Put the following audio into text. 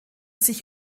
sich